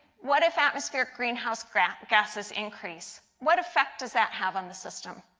what if atmospheric greenhouse greenhouse gases increase? what effect does that have on the system?